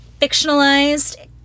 fictionalized